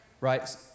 right